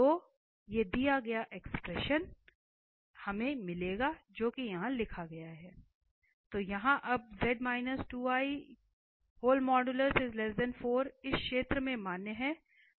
तो यह अब इस क्षेत्र में मान्य है